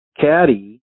caddy